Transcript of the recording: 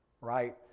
right